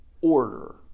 order